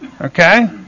Okay